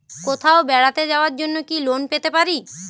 কোথাও বেড়াতে যাওয়ার জন্য কি লোন পেতে পারি?